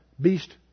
beast